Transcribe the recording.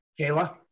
Kayla